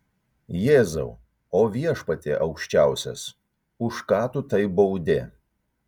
jėzau o viešpatie aukščiausias už ką tu taip baudi